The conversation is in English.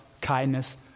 kindness